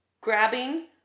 grabbing